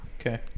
okay